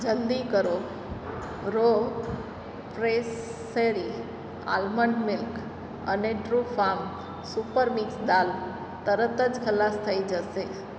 જલદી કરો રો પ્રેસેરી આલમંડ મિલ્ક અને ટ્રૂફાર્મ સુપર મિક્સ દાળ તરત જ ખલાસ થઇ જશે